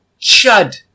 chud